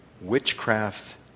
witchcraft